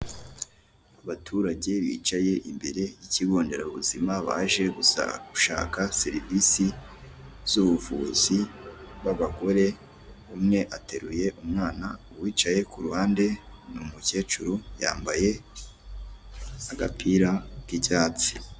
Abaturage bicaye imbere y'ikigonderabuzima baje gushaka serivisi z'ubuvuzi b'abagore, umwe ateruye umwana uwicaye ku ruhande ni umukecuru yambaye agapira k'ibyatsi.